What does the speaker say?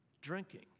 drinking